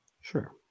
Sure